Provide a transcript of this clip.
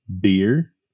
Beer